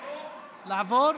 לעבור?